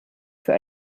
für